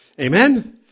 Amen